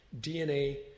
DNA